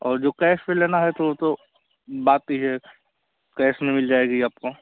और जो कैश पर लेना है तो वह तो बात ही है कैश में मिल जाएगी आपको